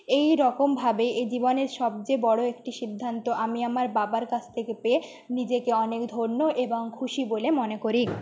এই রকমভাবে এ জীবনের সবচেয়ে বড়ো একটি সিদ্ধান্ত আমি আমার বাবার কাছ থেকে পেয়ে নিজেকে অনেক ধন্য এবং খুশি বলে মনে করি